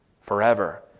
forever